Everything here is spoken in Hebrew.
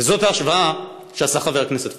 וזאת ההשוואה שעשה חבר הכנסת פריג'.